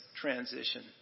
transition